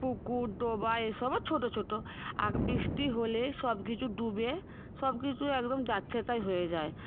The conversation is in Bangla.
পুকুর ডোবা এসবও ছোটো ছোটো বৃষ্টি হলে সব কিছু ডুবে সব কিছু একদম যাচ্ছেতাই হয়ে যায়